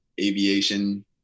aviation